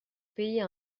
payer